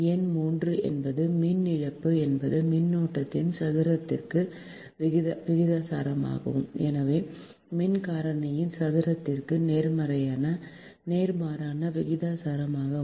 எண் 3 என்பது மின் இழப்பு என்பது மின்னோட்டத்தின் சதுரத்திற்கு விகிதாசாரமாகும் எனவே மின் காரணியின் சதுரத்திற்கு நேர்மாறான விகிதாசாரமாகும்